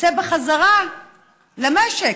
יצא בחזרה למשק,